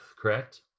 correct